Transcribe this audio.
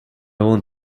want